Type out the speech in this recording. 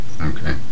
Okay